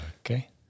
Okay